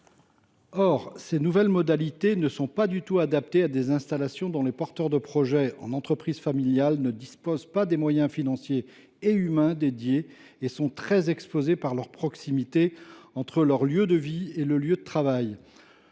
Or ces nouvelles modalités ne sont pas du tout adaptées à des installations dont les porteurs de projet, en entreprise familiale, ne disposent pas des moyens financiers et humains dédiés et sont très exposés du fait de la proximité entre leur lieu de vie et leur lieu de travail.